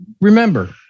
remember